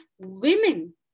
women